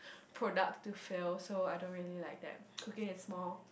product to fail so I don't really like that cooking is more